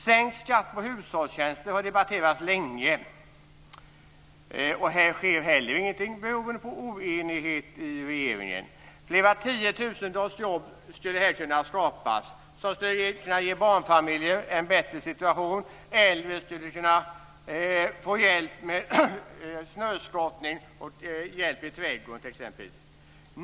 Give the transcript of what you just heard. Sänkt skatt på hushållstjänster har debatterats länge. Här sker ingenting beroende på oenighet i regeringen. Tiotusentals jobb skulle här kunna skapas som skulle ge barnfamiljer en bättre situation. Äldre skulle kunna få hjälp med snöskottning och hjälp i exempelvis trädgården.